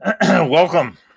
welcome